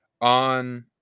on